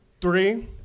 three